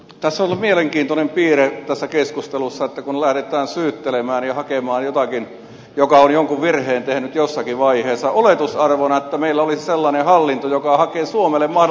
tässä keskustelussa on ollut se mielenkiintoinen piirre että lähdetään syyttelemään ja hakemaan jotakin joka on jonkun virheen tehnyt jossakin vaiheessa oletusarvona että meillä olisi sellainen hallinto joka hakee suomelle mahdollisimman huonoa ratkaisua